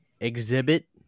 Exhibit